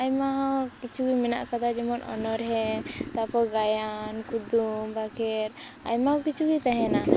ᱟᱭᱢᱟ ᱠᱤᱪᱷᱩ ᱜᱮ ᱢᱮᱱᱟᱜ ᱟᱠᱟᱫᱟ ᱡᱮᱢᱚᱱ ᱚᱱᱬᱦᱮᱸ ᱛᱟᱨᱯᱚᱨ ᱜᱟᱭᱟᱱ ᱠᱩᱫᱩᱢ ᱵᱟᱠᱷᱮᱬ ᱟᱭᱢᱟ ᱠᱤᱪᱷᱩ ᱜᱮ ᱛᱟᱦᱮᱱᱟ